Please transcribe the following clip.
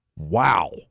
Wow